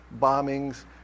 bombings